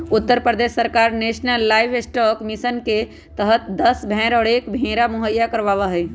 उत्तर प्रदेश सरकार national livestock mission के तहद दस भेंड़ और एक भेंड़ा मुहैया करवावा हई